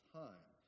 time